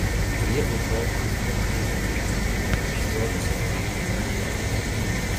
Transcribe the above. ji užšoko ant ranktūrių ir kaip niekur nieko nušliuožusi pro jį žemyn dingo